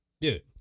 Dude